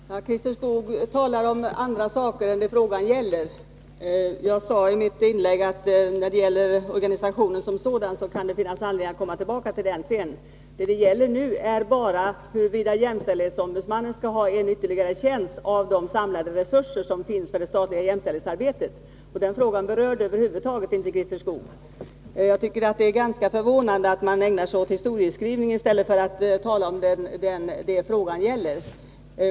Herr talman! Christer Skoog talar om andra saker än det frågan gäller. Jag sade i mitt inlägg att det kan finnas anledning att komma tillbaka till organisationen som sådan. Vad det nu gäller är bara huruvida jämställdhetsombudsmannen skall ha en ytterligare tjänst av de samlade resurser som finns för det statliga jämställdhetsarbetet. Den frågan berörde Christer Skoog över huvud taget inte. Det är ganska förvånande att man ägnar sig åt historieskrivning i stället för det frågan gäller.